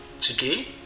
Today